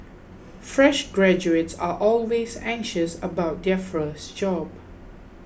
fresh graduates are always anxious about their first job